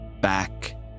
back